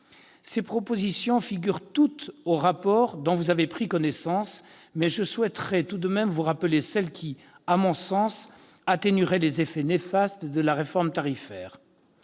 Ces propositions figurent toutes au rapport, dont vous avez pris connaissance, mais je souhaiterais tout de même vous rappeler celle qui, à mon sens, atténuerait les effets néfastes de la réforme tarifaire